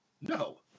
No